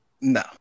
No